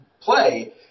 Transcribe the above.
play